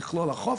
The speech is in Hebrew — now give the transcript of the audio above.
במכלול החוף,